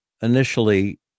initially